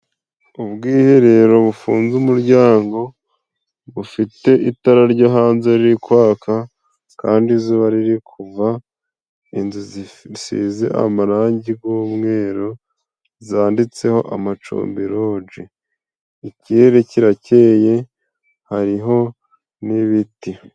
Ubwiherero bufunze umuryango bufite itara ryo hanze ririkwaka, kandi izuba riri kuva. Inzu zisize amarangi g'umweru zanditseho amacumbi loje. Ikirere kirakeye hariho n'ibiti.